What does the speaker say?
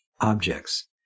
objects